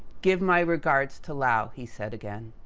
give my regards to laeu, he said again.